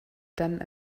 done